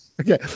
Okay